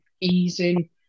easing